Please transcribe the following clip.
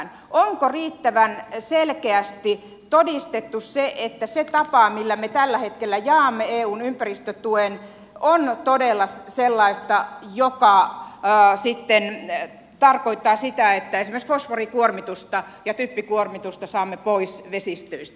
onko riittävän selkeästi todistettu se että se tapa millä me tällä hetkellä jaamme eun ympäristötuen on todella sellaista joka sitten tarkoittaa sitä että esimerkiksi fosforikuormitusta ja typpikuormitusta saamme pois vesistöistä